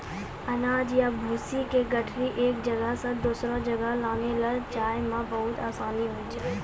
अनाज या भूसी के गठरी एक जगह सॅ दोसरो जगह लानै लै जाय मॅ बहुत आसानी होय छै